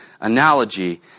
analogy